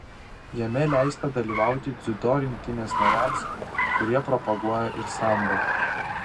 jame leista dalyvauti dziudo rinktinės nariams kurie propaguoja ir sambo